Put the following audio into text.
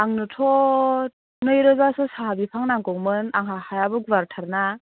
आंनोथ' नैरोजासो साहा बिफां नांगौमोन आंहा हायाबो गुवारथार ना